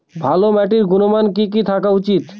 ভালো মাটির গুণমান কি কি থাকা উচিৎ?